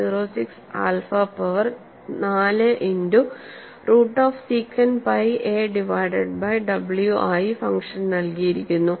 06 alpha power നാല് into root of second pi a divided by w ആയി function നൽകിയിരിക്കുന്നു